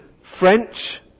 French